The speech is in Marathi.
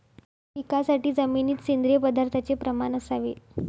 पिकासाठी जमिनीत सेंद्रिय पदार्थाचे प्रमाण असावे